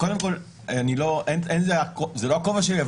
וזה לא הכובע שלי,